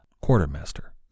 quartermaster